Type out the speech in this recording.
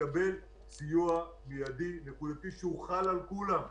הם צריכים לקבל סיוע מיידי ונקודתי כמו כולם.